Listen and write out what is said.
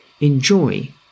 enjoy